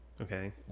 Okay